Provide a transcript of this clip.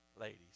ladies